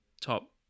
top